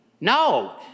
No